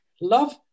love